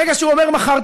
ברגע שהוא אומר "מכרתי",